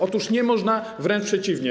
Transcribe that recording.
Otóż nie można, wręcz przeciwnie.